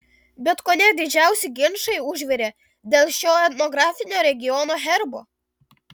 bet kone didžiausi ginčai užvirė dėl šio etnografinio regiono herbo